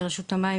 כרשות המים,